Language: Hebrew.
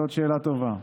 זאת שאלה טובה.